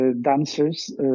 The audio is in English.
dancers